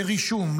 לרישום,